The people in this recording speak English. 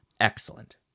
Excellent